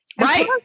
Right